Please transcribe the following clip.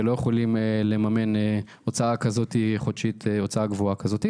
ולא יכולים לממן הוצאה חודשית גבוהה כזו.